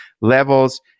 levels